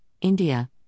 India